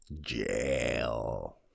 Jail